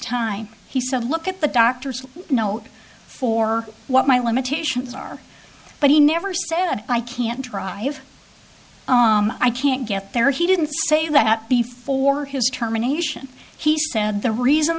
time he said look at the doctor's note for what my limitations are but he never said i can't try if i can't get there he didn't say that before his terminations he said the reason